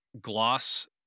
Gloss